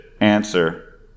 answer